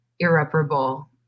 irreparable